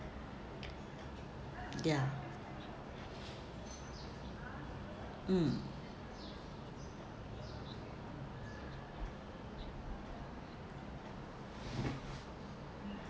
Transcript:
ya mm